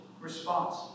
Response